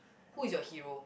who is your hero